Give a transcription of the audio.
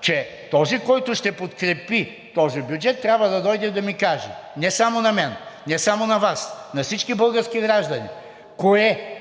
че този, който ще подкрепи този бюджет, трябва да дойде и да ми каже, не само на мен, не само на Вас, на всички български граждани: кое е